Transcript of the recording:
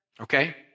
Okay